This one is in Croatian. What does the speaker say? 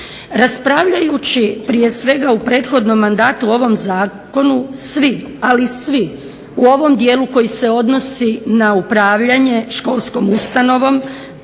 Raspravljajući prije svega u prethodnom mandatu o ovom zakonu svi u ovom dijelu koji se odnosi na upravljanje školskom ustanovom,